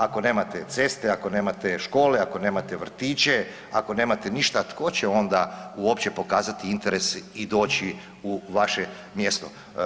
Ako nemate ceste, ako nemate škole, ako nemate vrtiće, ako nemate ništa tko će onda uopće pokazati interes i doći u vaše mjesto.